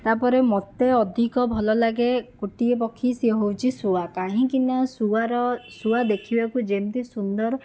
ତା'ପରେ ମତେ ଅଧିକ ଭଲ ଲାଗେ ଗୋଟିଏ ପକ୍ଷୀ ସେ ହେଉଛି ଶୁଆ କାହିଁକି ନା ଶୁଆର ଶୁଆ ଦେଖିବାକୁ ଯେମିତି ସୁନ୍ଦର